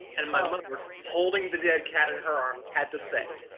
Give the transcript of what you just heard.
and my mother, holding the dead cat in her arms, had to say